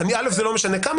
א', זה לא משנה כמה.